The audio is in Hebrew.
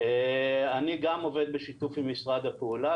אני גם עובד בשיתוף עם משרד התחבורה,